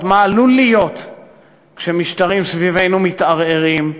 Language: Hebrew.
מה עלול להיות כשמשטרים סביבנו מתערערים.